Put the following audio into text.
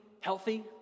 healthy